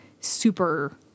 super